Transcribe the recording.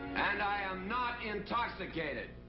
and i am not intoxicated.